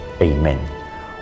Amen